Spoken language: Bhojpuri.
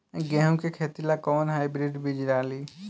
गेहूं के खेती ला कोवन हाइब्रिड बीज डाली?